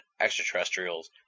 extraterrestrials